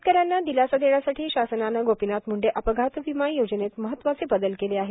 शेतकऱ्यांना दिलासा देण्यासाठी शासनान गोपीनाथ मुंडे अपघात विमा योजनेत महत्वाचे बदल केले आहेत